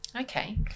okay